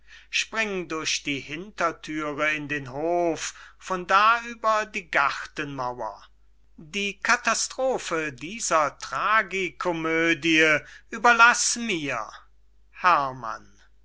spring durch die hinterthüre in den hof von da über die gartenmauer die katastrophe dieser tragi komödie überlaß mir herrmann